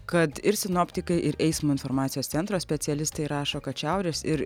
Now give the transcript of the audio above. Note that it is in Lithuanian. kad ir sinoptikai ir eismo informacijos centro specialistai rašo kad šiaurės ir